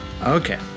okay